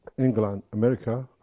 england, america,